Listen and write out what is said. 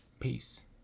Peace